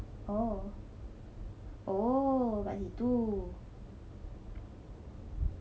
oh oh kat situ